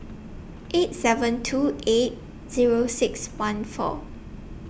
eight seven two eight Zero six one four